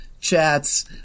chats